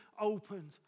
opened